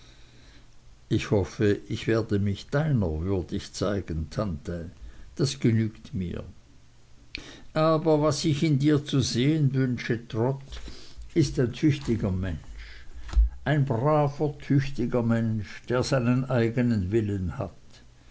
ich hoffe ich werde mich deiner würdig zeigen tante das genügt mir aber was ich in dir zu sehen wünsche trot ist ein tüchtiger mensch ein braver tüchtiger mensch der seinen eignen willen hat